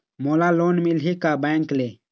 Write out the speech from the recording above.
मोला लोन मिलही का बैंक ले?